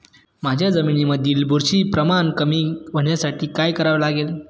माझ्या जमिनीमधील बुरशीचे प्रमाण कमी होण्यासाठी काय करावे लागेल?